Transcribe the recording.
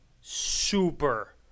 super